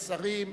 השרים,